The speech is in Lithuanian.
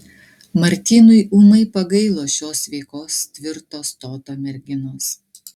martynui ūmai pagailo šios sveikos tvirto stoto merginos